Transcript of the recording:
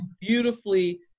beautifully